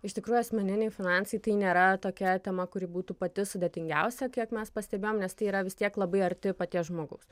iš tikrųjų asmeniniai finansai tai nėra tokia tema kuri būtų pati sudėtingiausia kiek mes pastebėjom nes tai yra vis tiek labai arti paties žmogaus